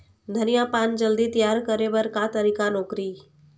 धनिया पान जल्दी तियार करे बर का तरीका नोकरी?